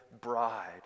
bride